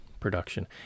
production